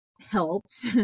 helped